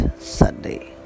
sunday